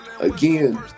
Again